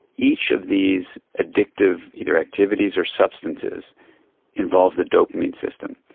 each of these addictive either activities or substances involves the dopamine system.